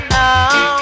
now